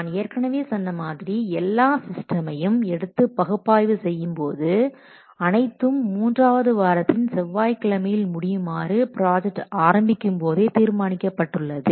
நான் ஏற்கனவே சொன்ன மாதிரி எல்லா சிஸ்டமையும் எடுத்து பகுப்பாய்வு செய்யும் போது அனைத்தும் மூன்றாவது வாரத்தின் செவ்வாய்கிழமையில் முடியுமாறு ப்ராஜெக்ட் ஆரம்பிக்கும்போதே தீர்மானிக்கப்பட்டுள்ளது